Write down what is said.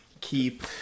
keep